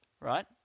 right